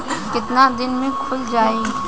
कितना दिन में खुल जाई?